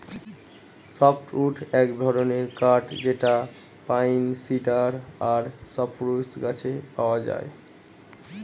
soft wood এক ধরনের কাঠ যেটা পাইন, সিডার আর সপ্রুস গাছে পাওয়া যায়